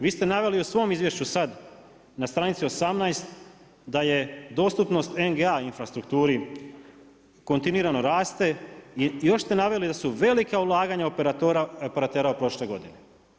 Vi ste naveli u svom izvješću sad na stranici 18 da je dostupnost NG-a infrastrukturi kontinuirano raste i još ste naveli da su velika ulaganja operatera u prošloj godini.